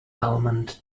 almond